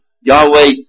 Yahweh